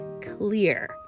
clear